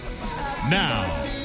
Now